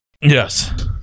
Yes